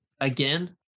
again